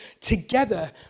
together